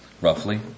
roughly